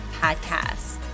Podcast